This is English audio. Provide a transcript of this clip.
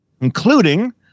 including